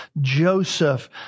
Joseph